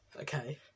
Okay